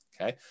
okay